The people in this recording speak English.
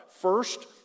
First